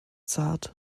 zart